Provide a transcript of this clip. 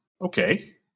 okay